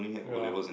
ya